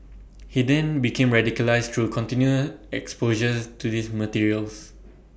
he then became radicalised through continued exposure to these materials